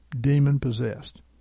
demon-possessed